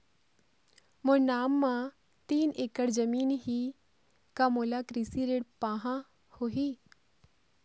मोर नाम म तीन एकड़ जमीन ही का मोला कृषि ऋण पाहां होही?